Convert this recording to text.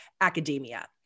academia